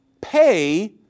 pay